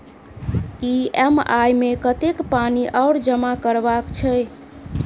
EMI मे कतेक पानि आओर जमा करबाक छैक?